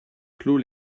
clos